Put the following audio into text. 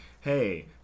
hey